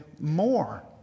more